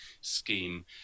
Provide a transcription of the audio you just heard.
scheme